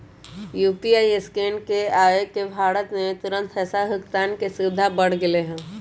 UPI scan के आवे से भारत में तुरंत पैसा भुगतान के सुविधा बढ़ गैले है